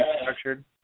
structured